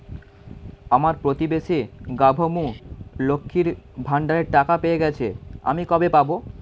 আমার প্রতিবেশী গাঙ্মু, লক্ষ্মীর ভান্ডারের টাকা পেয়ে গেছে, আমি কবে পাব?